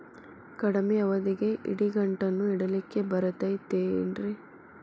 ಕಡಮಿ ಅವಧಿಗೆ ಇಡಿಗಂಟನ್ನು ಇಡಲಿಕ್ಕೆ ಬರತೈತೇನ್ರೇ?